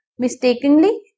Mistakenly